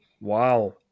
Wow